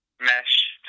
mesh